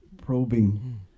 probing